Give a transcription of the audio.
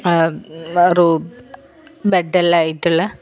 വറൂ bed എല്ലാമായിട്ടുള്ള